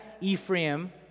Ephraim